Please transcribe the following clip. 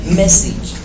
message